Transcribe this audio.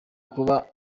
kuba